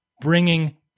bringing